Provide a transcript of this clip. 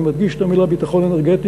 אני מדגיש את המילים "ביטחון אנרגטי".